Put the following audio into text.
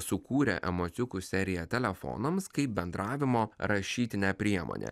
sukūrė emociukų seriją telefonams kaip bendravimo rašytinę priemonę